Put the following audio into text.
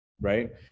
right